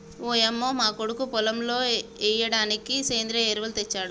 ఓయంమో మా కొడుకు పొలంలో ఎయ్యిడానికి సెంద్రియ ఎరువులు తెచ్చాడు